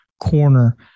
corner